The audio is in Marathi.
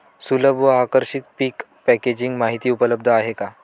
सुलभ व आकर्षक पीक पॅकेजिंग माहिती उपलब्ध आहे का?